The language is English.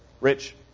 Rich